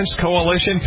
Coalition